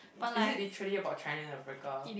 is it literally about China Africa